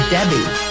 Debbie